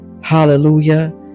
hallelujah